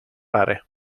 rare